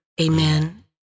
Amen